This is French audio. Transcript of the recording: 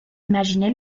imaginé